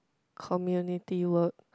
community work